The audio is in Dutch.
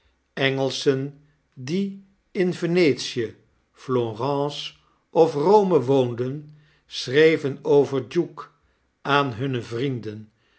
engelschen die in v e n etie florence of rome woonden schreven over duke aan hunne vrienden